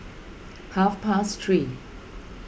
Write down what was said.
half past three